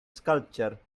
sculpture